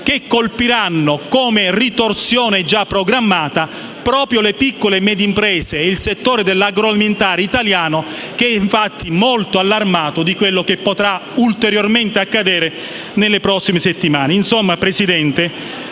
che colpiranno, come ritorsione già programmata, proprio le piccole e medie imprese e il settore agroalimentare italiano, che è infatti molto allarmato di quanto potrà ulteriormente accadere nelle prossime settimane.